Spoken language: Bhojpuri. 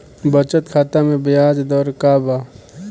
बचत खाता मे ब्याज दर का बा?